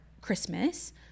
Christmas